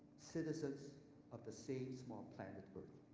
citizens of the same small planet but